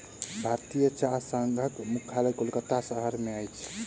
भारतीय चाह संघक मुख्यालय कोलकाता शहर में अछि